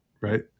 Right